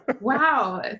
Wow